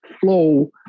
flow